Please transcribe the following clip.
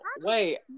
Wait